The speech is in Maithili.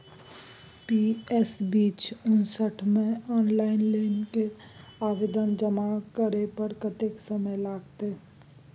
पी.एस बीच उनसठ म ऑनलाइन लोन के आवेदन जमा करै पर कत्ते समय लगतै?